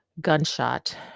gunshot